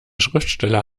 schriftsteller